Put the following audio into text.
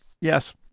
yes